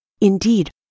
Indeed